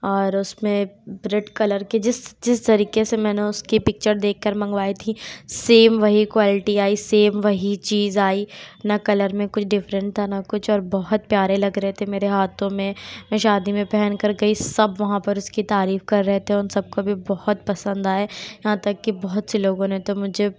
اور اُس میں ریڈ کلر کے جس جس طریقے سے میں نے اُس کی پکچر دیکھ کر منگوائی تھی سیم وہی کوالٹی آئی سیم وہی چیز آئی نہ کلر میں کچھ ڈفرینٹ تھا نہ کچھ اور بہت پیارے لگ رہے تھے میرے ہاتھوں میں میں شادی میں پہن کر گئی سب وہاں پر اُس کی تعریف کر رہے تھے اُن سب کو بھی بہت پسند آئے یہاں تک کہ بہت سے لوگوں نے تو مجھے